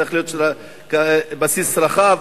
צריך להיות בסיס רחב,